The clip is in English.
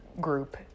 group